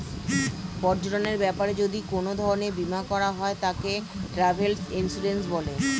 পর্যটনের ব্যাপারে যদি কোন ধরণের বীমা করা হয় তাকে ট্র্যাভেল ইন্সুরেন্স বলে